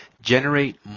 generate